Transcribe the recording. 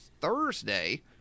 Thursday